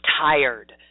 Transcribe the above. tired